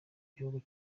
gihugu